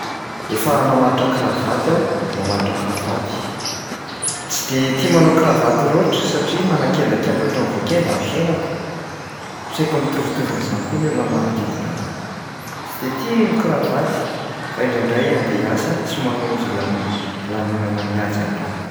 Efa namatotra kravaty aho, mahay mamatotra kravaty. Tsy de tia manao kravato loatra satria manakendakenda ohatran'ny voakenda ny fiainako. Saiky mitovitovy an'zany avokoa ny olona manodidina anahy, tsy de tia mikravaty fa indrandray andeha hiasa sy manonjy lano- lanonana mihaja ihany.